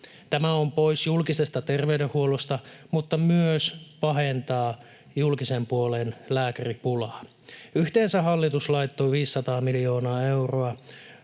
Tämä on pois julkisesta terveydenhuollosta, mutta myös pahentaa julkisen puolen lääkäripulaa. Yhteensä hallitus laittoi 500 miljoonaa euroa,